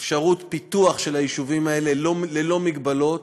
באפשרות פיתוח של היישובים האלה ללא מגבלות.